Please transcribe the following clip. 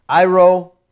iro